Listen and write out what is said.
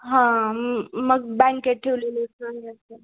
हां म मग बँकेत ठेवलेले